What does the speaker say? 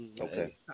Okay